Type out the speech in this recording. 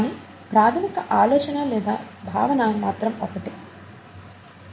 కానీ ప్రాథమిక ఆలోచన లేదా భావన మాత్రం ఒకటే